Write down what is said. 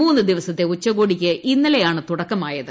മൂന്ന് ദിവസത്തെ ഉച്ചകോടിക്ക് ഇന്നലെയാണ് തുടക്കമായത്